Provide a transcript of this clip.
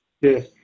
Yes